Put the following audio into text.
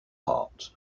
heart